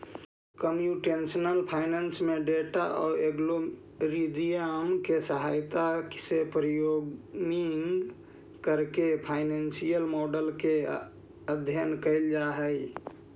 computational finance में data औउर algorithm के सहायता से प्रोग्रामिंग करके फाइनेंसियल मॉडल के अध्ययन कईल जा हई